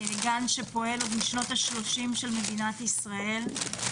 גן שפועל עוד משנות ה-30 של מדינת ישראל.